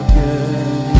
good